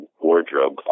wardrobe